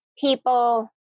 people